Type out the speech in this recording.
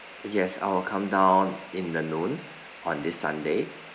yes I'll come down in the noon on this sunday